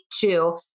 two